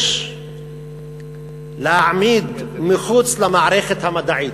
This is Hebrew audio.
יש להעמיד מחוץ למערכת המדעית,